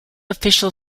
official